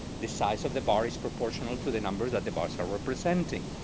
the size of the bar is proportional to the number that the bars are representing.